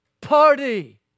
party